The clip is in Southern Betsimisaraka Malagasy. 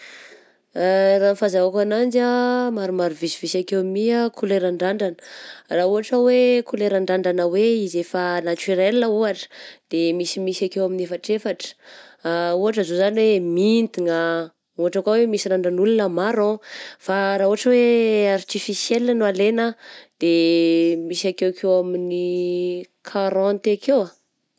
Raha ny fazahoko ananjy ah, maromaro visivisy akeo my ah koleran-drandrana, raha ohatra hoe koleran-drandrana hoe izy efa naturelle ohatra de misimisy akeo amin'ny efatrefatra, ohatra izao zany hoe mintigna, ohatra koa hoe misy randran'olona marron, fa raha ohatra hoe artificiel no alaigna ah de misy akeokeo amin'ny quarante akeo ah.